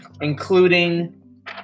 including